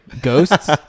ghosts